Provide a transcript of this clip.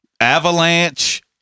Avalanche